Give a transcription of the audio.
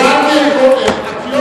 הבנתי את כל